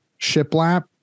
shiplap